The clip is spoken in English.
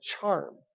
charm